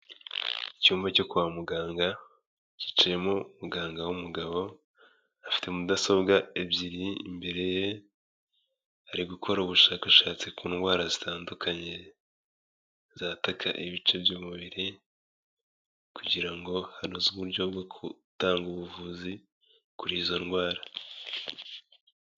Icyumba cyo kwa muganga kicayemo umuganga w'umugabo afite mudasobwa ebyiri imbere ye, ari gukora ubushakashatsi ku ndwara zitandukanye zataka ibice by'umubiri kugira ngo hanozwe uburyo bwo gutanga ubuvuzi kuri izo ndwara.